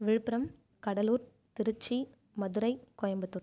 Villupuram Cuddalore Trichy Madurai Coimbatore